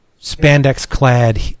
spandex-clad